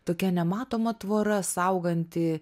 tokia nematoma tvora sauganti